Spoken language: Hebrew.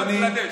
אדוני,